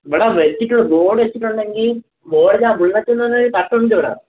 ഇവിടെ വെച്ചിട്ട് ബോർഡ് വെച്ചിട്ടുണ്ടെങ്കിൽ മുള്ളറ്റ് എന്ന് പറഞ്ഞൊരു കട്ട് ഉണ്ടിവിടെ